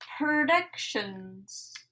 predictions